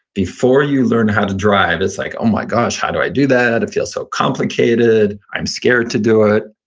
before you learn how to drive, it's like, oh my gosh, how do i do that? it feels so complicated. i'm scared to do it.